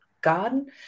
garden